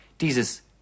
Dieses